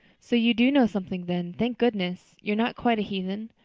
so you do know something then, thank goodness! you're not quite a heathen.